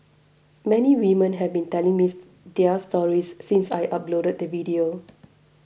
many women have been telling me their stories since I uploaded the video